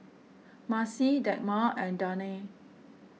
Marci Dagmar and Danae